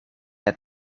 het